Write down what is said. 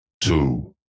Two